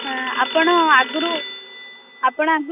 ହଁ ଆପଣ ଆଗରୁ ଆପଣ ଆଗରୁ